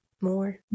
more